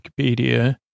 Wikipedia